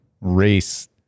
race